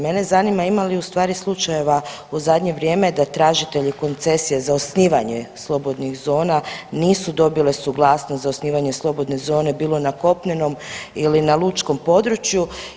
Mene zanima ima li u stvari slučajeva u zadnje vrijeme da tražitelji koncesija za osnivanje slobodnih zona nisu dobile suglasnost za osnivanje slobodne zone bilo na kopnenom ili na lučkom području.